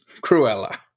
Cruella